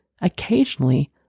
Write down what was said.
Occasionally